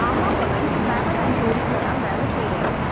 ஆமாம் Pavan travel and டூர்ஸில் தான் வேலை செய்கிறேன்